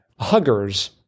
huggers